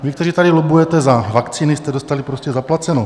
Vy, kteří tady lobbujete za vakcíny, jste dostali prostě zaplaceno.